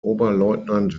oberleutnant